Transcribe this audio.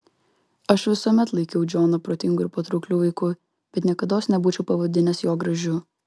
aš visuomet laikiau džoną protingu ir patraukliu vaiku bet niekados nebūčiau pavadinęs jo gražiu